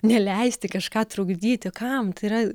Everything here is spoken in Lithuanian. neleisti kažką trukdyti kam tai yra